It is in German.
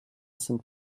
sind